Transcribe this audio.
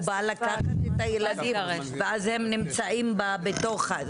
בא לקחת את הילדים ואז הם נמצאים בתוך.